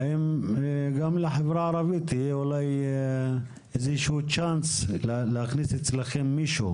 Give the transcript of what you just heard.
והאם גם לחברה הערבית יהיה אולי איזשהו צ'אנס להכניס אליכם מישהו?